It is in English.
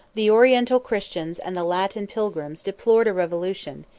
the oriental christians and the latin pilgrims deplored a revolution,